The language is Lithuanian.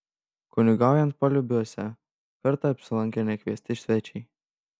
kunigaujant palubiuose kartą apsilankė nekviesti svečiai